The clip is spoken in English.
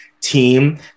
team